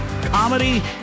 comedy